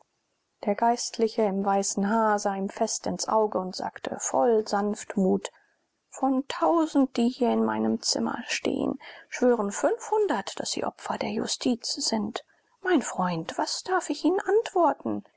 der geistliche im weißen haar sah ihm fest ins auge und sagte voll sanftmut von tausend die hier in meinem zimmer stehen schwören fünfhundert daß sie opfer der justiz sind mein freund was darf ich ihnen antworten